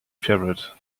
favorite